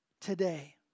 today